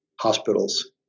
hospitals